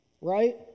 right